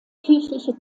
kirchliche